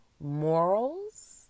morals